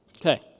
Okay